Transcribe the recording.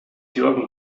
jürgen